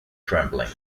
trembling